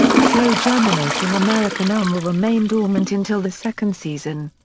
slow-germinating american elm will remain dormant until the second season.